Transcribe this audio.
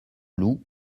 loup